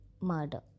murder